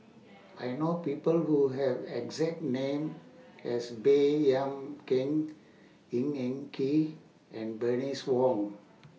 I know People Who Have exact name as Baey Yam Keng Ng Eng Kee and Bernice Wong